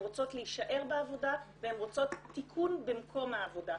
הן רוצות להישאר בעבודה והן רוצות תיקון במקום העבודה.